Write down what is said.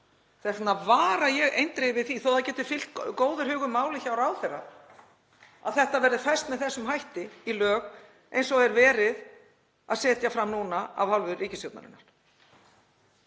Þess vegna vara ég eindregið við því, þó að það geti fylgt góður hugur máli hjá ráðherra, að þetta verði fest með þessum hætti í lög eins og er verið að setja fram núna af hálfu ríkisstjórnarinnar.